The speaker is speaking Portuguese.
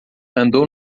andou